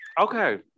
Okay